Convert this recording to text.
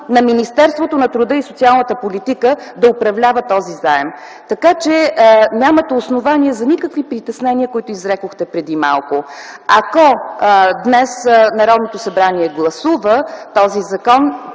на Министерството на труда и социалната политика да управлява този заем”. Така че нямате основания за никакви притеснения, които изрекохте преди малко. Ако днес Народното събрание гласува този закон,